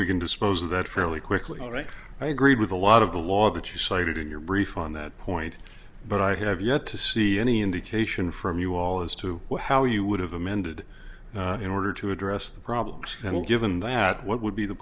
we can dispose of that fairly quickly all right i agree with a lot of the law that you cited in your brief on that point but i have yet to see any indication from you all as to how you would have amended in order to address the problems and given that what would be the